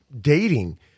dating